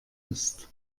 ist